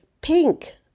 pink